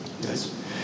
yes